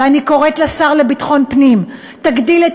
ואני קוראת לשר לביטחון פנים: תגדיל את